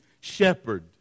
shepherd